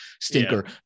stinker